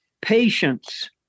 patience